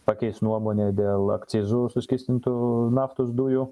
pakeis nuomonę dėl akcizų suskystintų naftos dujų